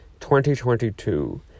2022